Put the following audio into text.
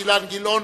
אילן גילאון,